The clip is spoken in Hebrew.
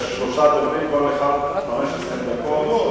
יש שלושה דוברים, לכל אחד 15 דקות.